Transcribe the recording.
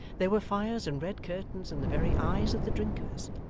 there were fires and red curtains in the very eyes of the drinkers,